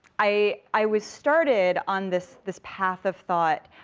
i was, started on this this path of thought